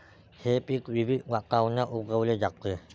हे पीक विविध वातावरणात उगवली जाते